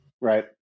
Right